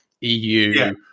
eu